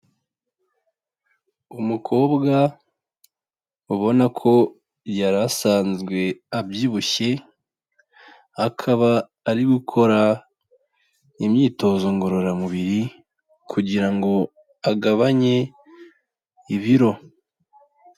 Umukobwa ubona ko yari asanzwe abyibushye akaba ari gukora imyitozo ngororamubiri kugira ngo agabanye ibiro.